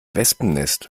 wespennest